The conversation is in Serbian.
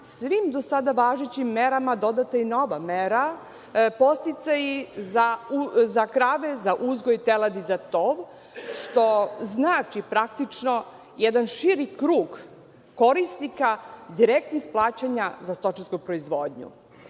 svim do sada važećim merama dodata i nova mera – podsticaji za krave, za uzgoj teladi za tov, što znači praktično jedan širi krug korisnika direktnih plaćanja za stočarsku proizvodnju. Imajući